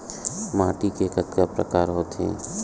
माटी के कतका प्रकार होथे?